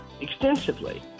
extensively